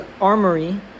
armory